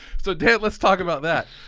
so dan, let's talk about that.